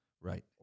right